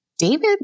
David